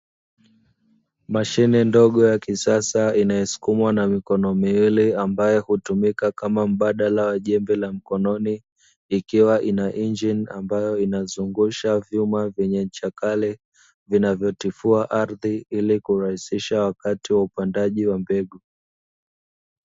Mashine ndogo ya kisasa inayo sukumwa na mikono miwili ambayo hutumika kama mbadala wa jembe la mkononi, ikiwa ina injini ambayo inazungusha vyuma vyenye ncha kali, vinavyo tifua ardhi ili kurahisisha wakati wa upandaji wa mbegu.